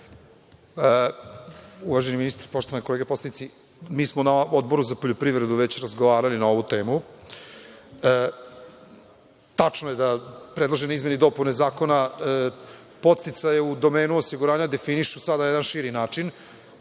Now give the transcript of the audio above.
Uvaženi ministre, poštovane kolege poslanici, mi smo na Odboru za poljoprivredu već razgovarali na ovu temu. Tačno je da predložene izmene i dopune Zakona podsticaja u domenu osiguranja definišu sada jedan širi način